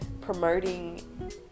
promoting